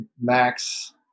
Max